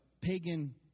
pagan